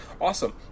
Awesome